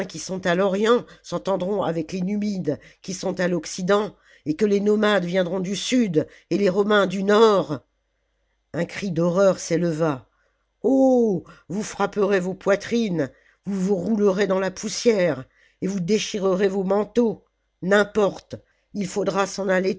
sont à l'orient s'entendront avec les numides qui sont à l'occident et que les nomades viendront du sud et les romains du nord un cri d'horreur s'éleva oh vous frapperez vos poitrines vous vous roulerez dans la poussière et vous déchirerez vos manteaux n'importe il faudra s'en aller